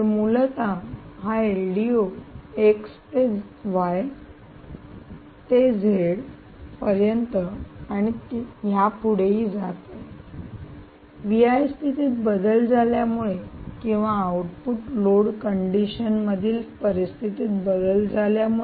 तर मूलत हा एलडीओ x एक्स ते y ते z झेड पर्यंत आणि यापुढेही जात आहे स्थितीत बदल झाल्यामुळे किंवा आउटपुट लोड कंडिशन मधील परिस्थितीत बदल झाल्यामुळे